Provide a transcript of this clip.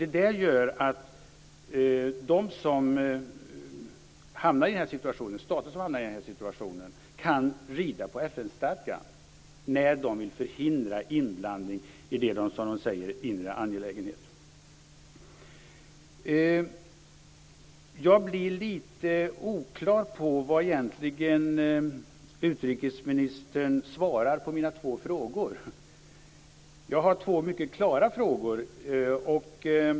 Det gör att de som hamnar i den här situationen, stater som hamnar i den här situationen, kan rida på FN-stadgan när de vill förhindra inblandning i det som de kallar inre angelägenheter. Jag tycker att det är lite oklart vad utrikesministern egentligen svarar på mina två frågor. Jag har två mycket klara frågor.